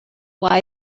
why